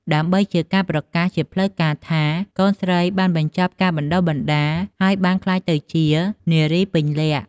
ដើម្បីជាការប្រកាសជាផ្លូវការថា កូនស្រីបានបញ្ចប់ការបណ្តុះបណ្តាល ហើយបានក្លាយទៅជានារីពេញលក្ខណ៍។